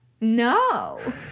No